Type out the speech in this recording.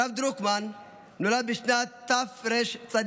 הרב דרוקמן נולד בשנת תרצ"ג,